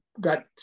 got